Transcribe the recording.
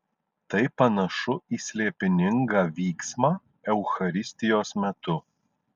tai panašu į slėpiningą vyksmą eucharistijos metu